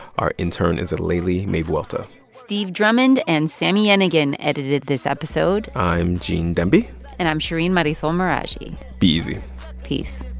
our intern is aleli may vuelta steve drummond and sami yenigun edited this episode i'm gene demby and i'm shereen marisol meraji be easy peace